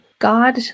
God